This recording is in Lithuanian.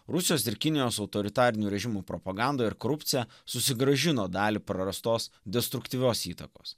rusijos ir kinijos autoritarinių režimų propaganda ir korupcija susigrąžino dalį prarastos destruktyvios įtakos